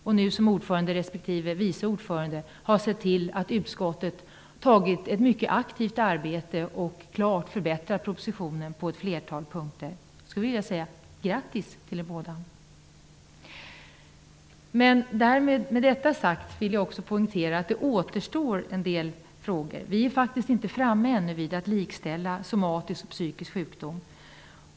De har som ordförande respektive vice ordförande sett till att utskottet aktivt har arbetat för att förbättra propositionen på ett flertal punkter. Jag vill säga: Grattis! Med detta sagt vill jag också poängtera att det återstår en del frågor. Vi är faktiskt ännu inte framme vid att likställa somatisk sjukdom med psykisk sjukdom.